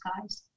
guys